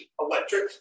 electric